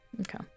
Okay